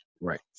Right